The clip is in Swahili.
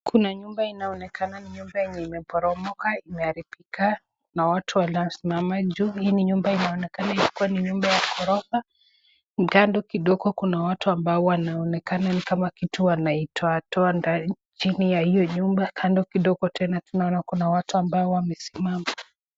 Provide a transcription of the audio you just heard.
Kuna nyumba inayoonekana nyumba yenye imeporomoka, imeharibika na watu wanaosimama juu, hii ni nyumba inaonekana ilikuwa ni nyumba ya ghorofa, kando kidogo kuna watu ambao wanaonekana ni kama kitu wanaitoa toa chini ya hiyo nyumba, kando kidogo tena tunaona kuna watu ambao wamesimama.